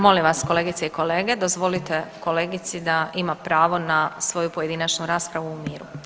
Molim vas kolegice i kolege dozvolite kolegici da ima pravo na svoju pojedinačnu raspravu u miru.